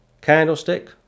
candlestick